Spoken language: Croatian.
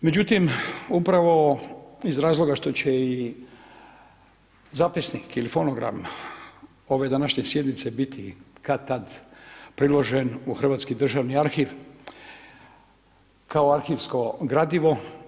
Međutim, upravo iz razloga što će i zapisnik ili fonogram ove današnje sjednice biti kad-tad priložen u Hrvatski državni arhiv kao arhivsko gradivo.